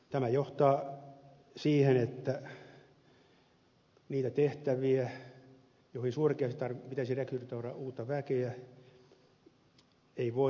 tämä johtaa siihen että niitä tehtäviä joihin suorastaan pitäisi rekrytoida uutta väkeä ei voida toteuttaa järkevästi